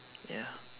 ya